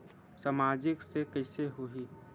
सामाजिक से कइसे होही?